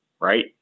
right